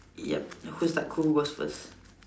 yup who start who goes first